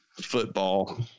football